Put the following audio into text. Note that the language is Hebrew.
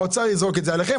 האוצר יזרוק את זה עליכם,